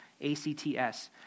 A-C-T-S